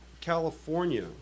California